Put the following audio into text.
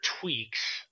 tweaks